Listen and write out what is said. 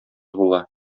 була